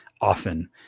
often